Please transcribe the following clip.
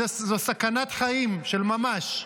זו סכנת חיים של ממש.